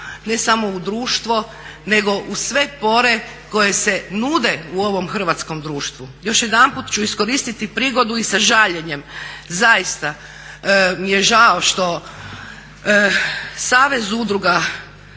ne samo u društvo nego u sve pore koje se nude u ovom hrvatskom društvu. Još jedanput ću iskoristiti prigodu i sa žaljenjem zaista mi je žao što Savez udruga